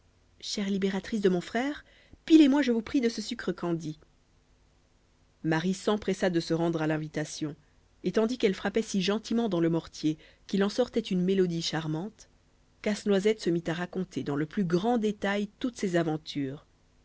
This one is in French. chère libératrice de mon frère pilez moi je vous prie de ce sucre candi marie s'empressa de se rendre à l'invitation et tandis qu'elle frappait si gentiment dans le mortier qu'il en sortait une mélodie charmante casse-noisette se mit à raconter dans le plus grand détail toutes ses aventures